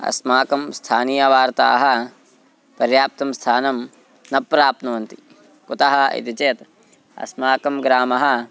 अस्माकं स्थानीयवार्ताः पर्याप्तं स्थानं न प्राप्नुवन्ति कुतः इति चेत् अस्माकं ग्रामः